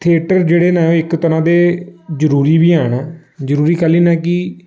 theatre जेह्ड़े ने इक तरह् दे जरूरी बी हैन जरूरी कैह्ली न कि